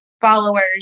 followers